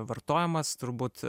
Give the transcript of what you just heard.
vartojamas turbūt